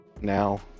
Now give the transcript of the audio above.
now